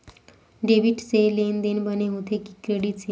Debit से लेनदेन बने होथे कि क्रेडिट से?